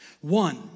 One